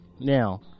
Now